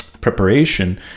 preparation